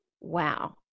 wow